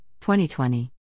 2020